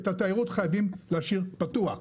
את התיירות חייבים להשאיר פתוח.